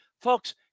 Folks